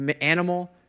animal